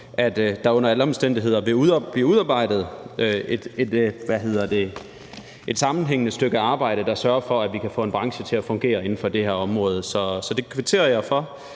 at der under alle omstændigheder vil blive foretaget et sammenhængende stykke arbejde, der sørger for, at vi kan få en branche til at fungere inden for det her område. Så det kvitterer jeg